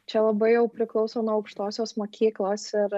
čia labai jau priklauso nuo aukštosios mokyklos ir